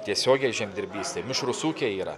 tiesiogiai žemdirbys mišrūs ūkiai yra